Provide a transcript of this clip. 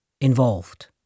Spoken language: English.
involved